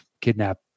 kidnap